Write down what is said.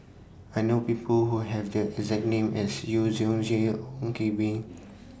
I know People Who Have The exact name as Yu Zhu Ong Koh Bee